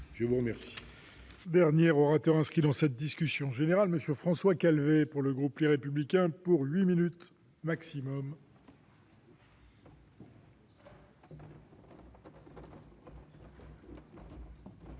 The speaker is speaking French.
de vous remercier,